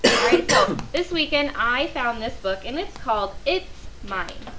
all right? so this weekend, i found this book, and it's called it's mine!